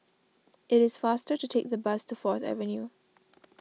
it is faster to take the bus to Fourth Avenue